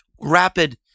rapid